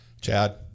Chad